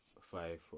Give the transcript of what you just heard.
five